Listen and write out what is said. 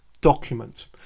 document